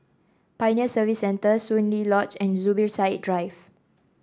Pioneer Service Centre Soon Lee Lodge and Zubir Said Drive